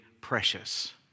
precious